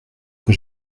que